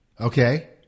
Okay